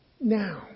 now